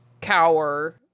Cower